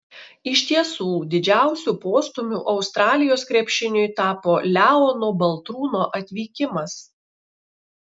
iš tiesų didžiausiu postūmiu australijos krepšiniui tapo leono baltrūno atvykimas